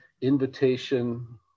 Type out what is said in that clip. invitation